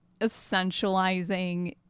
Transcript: essentializing